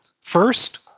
First